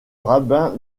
rabbin